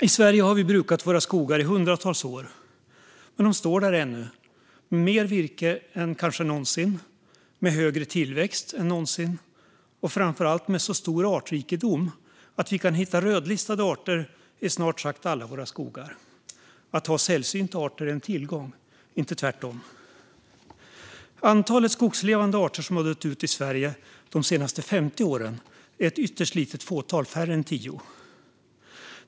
I Sverige har vi brukat våra skogar i hundratals år, men de står där ännu, med kanske mer virke än någonsin, med högre tillväxt än någonsin och framför allt med så stor artrikedom att vi kan hitta rödlistade arter i snart sagt alla våra skogar. Att ha sällsynta arter är en tillgång, inte tvärtom. Antalet skogslevande arter som har dött ut i Sverige de senaste 50 åren är ytterst litet, mindre än tio.